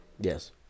Yes